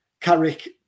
Carrick